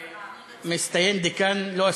מצטיין דיקן, לא אספיק.